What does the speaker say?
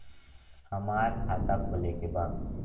हमार खाता खोले के बा?